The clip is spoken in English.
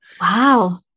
Wow